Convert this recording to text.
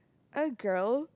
a girl